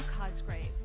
Cosgrave